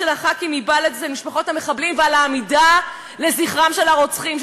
חברי הכנסת מבל"ד אצל משפחות המחבלים ועל העמידה לזכרם של הרוצחים,